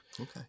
Okay